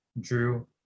Drew